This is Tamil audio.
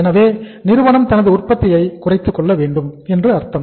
எனவே நிறுவனம் தனது உற்பத்தியை குறைத்துக்கொள்ள வேண்டும் என்று அர்த்தம்